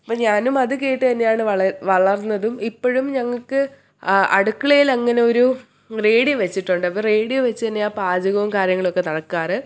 അപ്പം ഞാനും അതും കേട്ടു തന്നെയാണ് വളർന്നതും ഇപ്പോഴും ഞങ്ങൾക്ക് അടുക്കളയിലങ്ങനൊരു റേഡിയോ വെച്ചിട്ടുണ്ട് അപ്പം റേഡിയോ വെച്ചു തന്നെയാണ് പാചകവും കാര്യങ്ങളൊക്കെ നടക്കാറ്